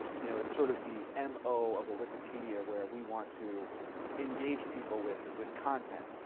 you know, is sort of the m o. of a wikipedia where we want to engage people with with content.